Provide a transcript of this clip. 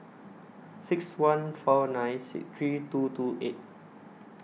six one four nine three two two eight